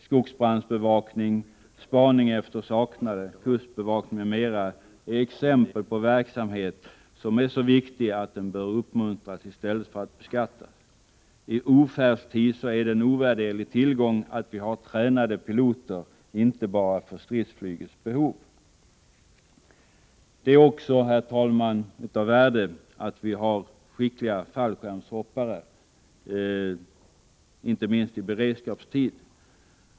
Skogsbrandsbevakning, spaning efter saknade, kustbevakning m.m. är exempel på verksamhet, som är så viktig att den bör uppmuntras i stället för att beskattas. I ofärdstid är det en ovärderlig tillgång att ha tränade piloter inte bara för stridsflygets behov. Det är också, herr talman, av värde att vi har skickliga fallskärmshoppare, inte minst i beredskapstid.